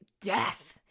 death